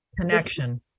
connection